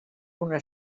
una